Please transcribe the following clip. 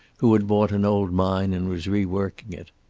who had bought an old mine and was reworking it.